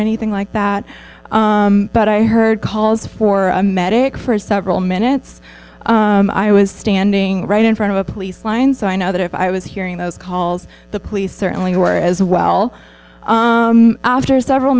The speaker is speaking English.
anything like that but i heard calls for a medic for several minutes i was standing right in front of a police line so i know that if i was hearing those calls the police certainly were as well after several